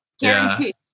Guaranteed